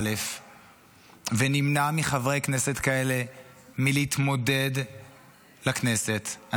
ונמנע מחברי כנסת כאלה להתמודד לכנסת,